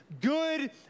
good